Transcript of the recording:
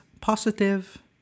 positive